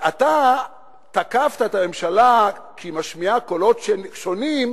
אתה תקפת את הממשלה כי היא משמיעה קולות שונים,